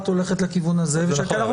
הולכת לכיוון הזה ואחת הולכת לכיוון אחר.